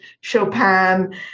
Chopin